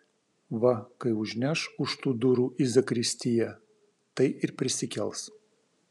va kai užneš už tų durų į zakristiją tai ir prisikels